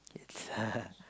it's